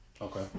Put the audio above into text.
Okay